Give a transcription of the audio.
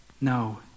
No